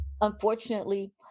Unfortunately